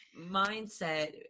mindset